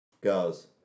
goes